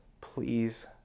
please